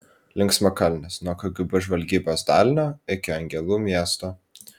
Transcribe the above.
linksmakalnis nuo kgb žvalgybos dalinio iki angelų miesto